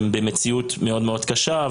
הם במציאות מאוד קשה.